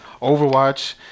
Overwatch